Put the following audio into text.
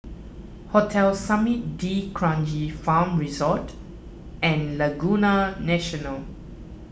Hotel Summit D'Kranji Farm Resort and Laguna National